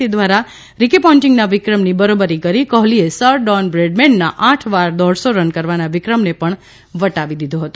તે દ્વારા રીકી પોન્ટીંગના વિક્રમની બરોબરી કરી કોહલીએ સર ડોન બ્રેડમેનના આઠ વાર દોઢસો રન કરવાના વિક્રમને પણ વટાવી દીધો છે